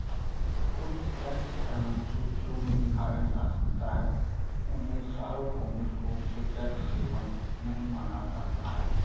कुछ tax haven सूचियों में दिखाया जा सकता है, उन्हें सार्वभौमिक रूप से टैक्स हेवन नहीं माना जाता है